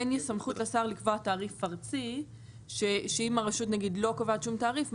כן יש סמכות לשר לקבוע תעריף ארצי שאם הרשות נגיד לא קובעת שום תעריף,